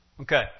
Okay